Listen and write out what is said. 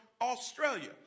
Australia